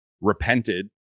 repented